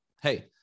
hey